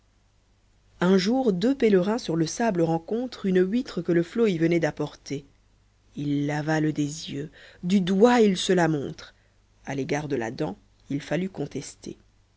un jour deux pèlerins sur le sable rencontrent une huître que le flot y venait d'apporter ils l'avalent des yeux du doigt ils se la montrent à l'égard de la dent il fallut contester